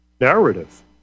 Narrative